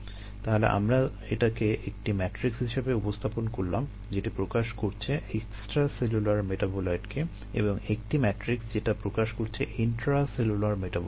তাহলে আমরা এটাকে একটি মেট্রিক্স হিসেবে উপস্থাপন করলাম যেটি প্রকাশ করছে এক্সট্রাসেলুলার মেটাবোলাইটকে এবং একটি ম্যাট্রিক্স যেটি প্রকাশ করছে ইন্ট্রাসেলুলার মেটাবোলাইটকে